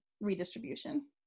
redistribution